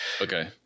Okay